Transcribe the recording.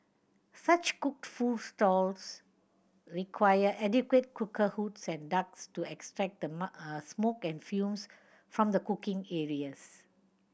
such cooked food stalls require adequate cooker hoods and ducts to extract the smoke and fumes from the cooking areas